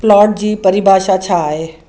plot जी परिभाषा छा आहे